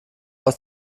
aus